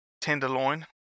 tenderloin